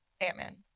Ant-Man